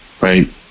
right